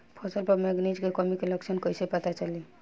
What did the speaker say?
फसल पर मैगनीज के कमी के लक्षण कइसे पता चली?